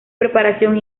preparación